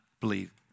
believe